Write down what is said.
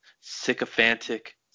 sycophantic